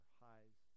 highs